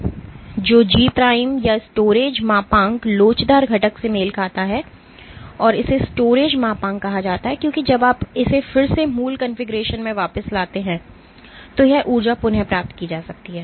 तो G prime या storage मापांक लोचदार घटक से मेल खाता है और इसे स्टोरेज मापांक कहा जाता है क्योंकि जब आप इसे फिर से मूल कॉन्फ़िगरेशन में वापस जाते हैं तो यह ऊर्जा पुनः प्राप्त की जा सकती है